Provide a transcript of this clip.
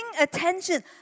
attention